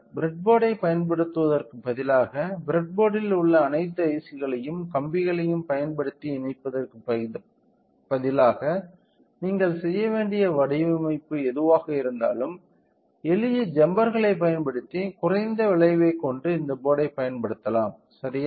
ப்ரெட்போர்டைப் பயன்படுத்துவதற்குப் பதிலாக ப்ரெட்போர்டில் உள்ள அனைத்து IC களையும் கம்பிகளைப் பயன்படுத்தி இணைப்பதற்குப் பதிலாக நீங்கள் செய்ய வேண்டிய வடிவமைப்பு எதுவாக இருந்தாலும் எளிய ஜம்பர்களைப் பயன்படுத்தி குறைந்த விளைவைக் கொண்டு இந்த போர்டைப் பயன்படுத்தலாம் சரியா